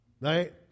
right